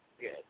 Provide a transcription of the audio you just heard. good